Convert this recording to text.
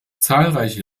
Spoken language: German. zahlreiche